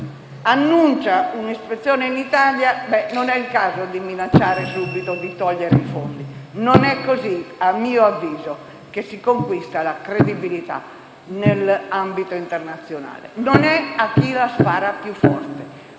del Governo, annuncia un'ispezione nel nostro Paese, non è il caso di minacciare subito di togliere i fondi. Non è così - a mio avviso - che si conquista la credibilità nell'ambito internazionale. Non è una gara a chi la spara più forte.